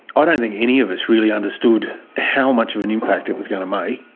ah don't think any of us really understood how much of an impact it was going to make